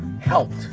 helped